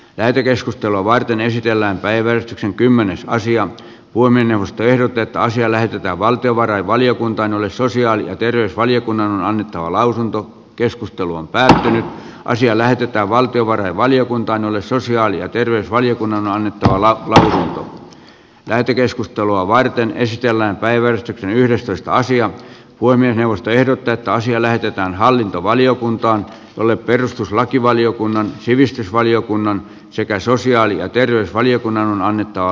lähetekeskustelua varten esitellään päivä kymmenen naisia voimme tehdä työtä asia lähetetään valtiovarainvaliokuntaan jolle sosiaali ja terveysvaliokunnan lausunto keskustelu on tärkeä asia lähetetään valtiovarainvaliokuntaan jolle sosiaali ja terveysvaliokunnan anitralla on lähetekeskustelua varten esitellään päivä on yhdestoista sija voimme tehdä tätä asiaa lähetetään hallintovaliokunta oli perustuslakivaliokunnan sivistysvaliokunnan sekä sosiaali ja terveysvaliokunnan on annettava